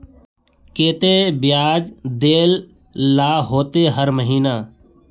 केते बियाज देल ला होते हर महीने?